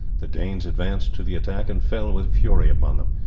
the danes advanced to the attack and fell with fury upon them.